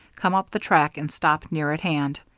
come up the track and stop near at hand.